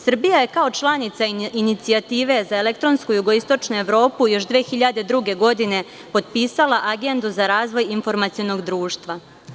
Srbija je, kao članica inicijative za elektronsku jugoistočnu Evropu, još 2002. godine potpisala agendu za razvoj informacionog društva.